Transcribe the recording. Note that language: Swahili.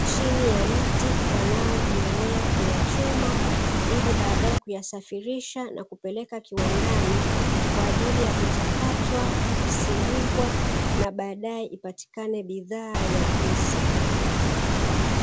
chini ya mti wanayoendelea kuyachuma ili baadae kuyasafirisha na kupereka kiwandani kwa ajili ya kuchakatwa, kusindikwa na baadae ipatikane bidha ya juisi.